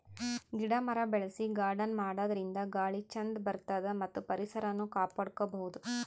ಗಿಡ ಮರ ಬೆಳಸಿ ಗಾರ್ಡನ್ ಮಾಡದ್ರಿನ್ದ ಗಾಳಿ ಚಂದ್ ಬರ್ತದ್ ಮತ್ತ್ ಪರಿಸರನು ಕಾಪಾಡ್ಕೊಬಹುದ್